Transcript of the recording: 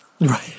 Right